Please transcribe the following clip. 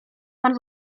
pan